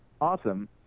awesome